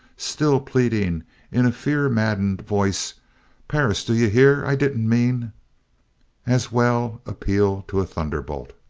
still pleading in a fear-maddened voice perris, d'you hear? i didn't mean as well appeal to a thunder-bolt.